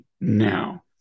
now